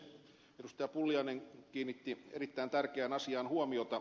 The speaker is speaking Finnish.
pulliainen kiinnitti erittäin tärkeään asiaan huomiota